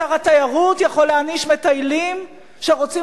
שר התיירות יכול להעניש מטיילים שרוצים